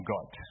God